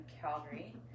Calgary